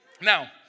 Now